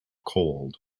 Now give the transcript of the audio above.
cold